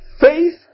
Faith